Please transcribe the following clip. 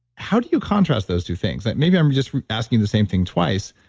how do you contrast those two things? maybe i'm just asking the same thing twice,